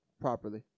Properly